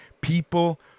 people